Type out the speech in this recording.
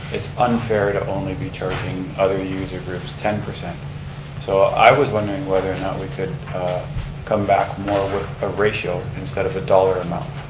it's unfair to only be charging other user groups ten. so i was wondering whether or not we could come back more with a ratio instead of a dollar amount.